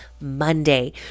Monday